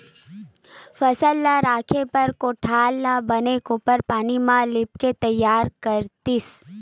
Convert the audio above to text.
फसल ल राखे बर कोठार ल बने गोबार पानी म लिपके तइयार करतिस